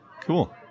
Cool